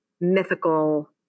mythical